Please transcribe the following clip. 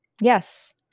Yes